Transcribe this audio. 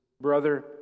brother